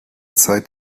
zeit